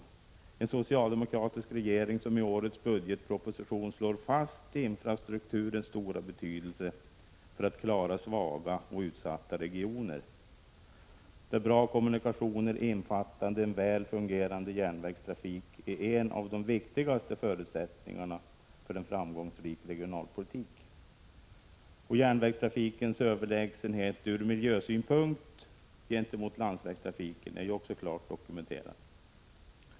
Det gäller ju en socialdemokratisk regering som i årets budgetproposition slår fast infrastrukturens stora betydelse när det gäller att klara svaga och utsatta regioner, där bra kommunikationer innefattande en väl fungerande järnvägstrafik angivits som en av de viktigaste förutsättningarna för en framgångsrik regionalpolitik. Järnvägstrafikens överlägsenhet ur miljösynpunkt i förhållande till landsvägstrafiken är ju också klart dokumenterad.